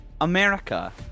America